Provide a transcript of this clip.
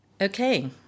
okay